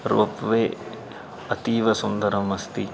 rope वे अतीव सुन्दरम् अस्ति